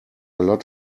lot